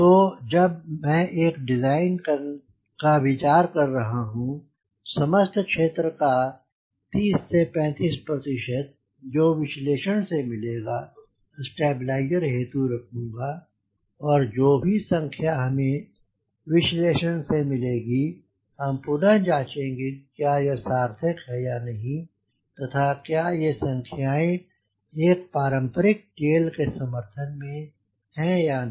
तो जब मैं एक डिज़ाइन का विचार कर रहा हूँ समस्त क्षेत्र का 30 से 35 प्रतिशत जो विश्लेषण से मिलेगा स्टेबलाइजर हेतु रखूँगा और जो भी संख्या हमें विश्लेषण से मिलेगी हम पुनः जाँचेंगे कि क्या यह सार्थक है या नहीं तथा क्या ये संख्याएँ एक पारंपरिक टेल के समर्थन में हैं या नहीं